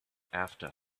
after